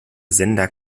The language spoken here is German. sender